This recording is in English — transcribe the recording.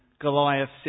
Goliath